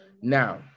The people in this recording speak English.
Now